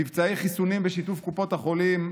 מבצעי חיסונים בשיתוף קופות החולים,